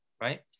right